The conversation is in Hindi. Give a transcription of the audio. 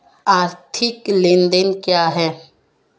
आर्थिक लेनदेन क्या है?